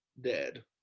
dead